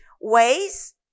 ways